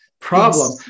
Problem